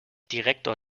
direktor